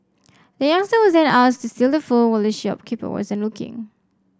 the youngster was then asked to steal the phone while the shopkeeper wasn't looking